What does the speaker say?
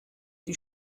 die